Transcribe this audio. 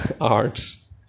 arts